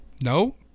No